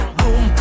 boom